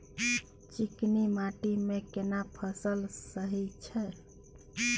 चिकनी माटी मे केना फसल सही छै?